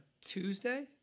Tuesday